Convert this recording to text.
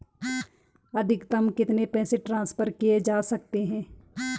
अधिकतम कितने पैसे ट्रांसफर किये जा सकते हैं?